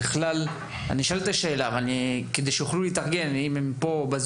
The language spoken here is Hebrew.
אני שואל את השאלות כדי שהם יוכלו להתארגן בזום: